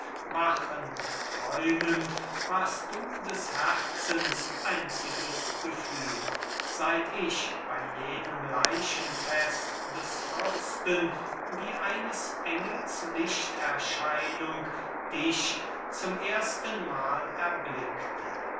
wachend träumend warst du des herzens einziges gefühl seit ich bei jenem leichenfest des fürsten wie eines engels lichterscheinung dich zum erstenmal erblickte nicht